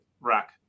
rack